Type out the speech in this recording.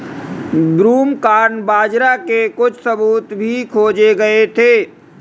broomcorn बाजरा के कुछ सबूत भी खोजे गए थे